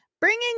bringing